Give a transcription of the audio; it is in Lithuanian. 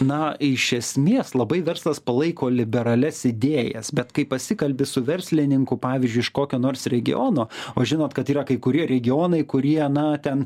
na iš esmės labai verslas palaiko liberalias idėjas bet kai pasikalbi su verslininku pavyžiui iš kokio nors regiono o žinot kad yra kai kurie regionai kurie na ten